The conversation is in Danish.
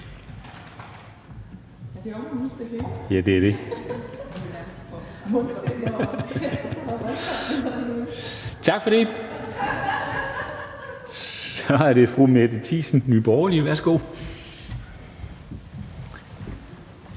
Tak for det. Så er det fru Mette Thiesen, Nye Borgerlige. Værsgo.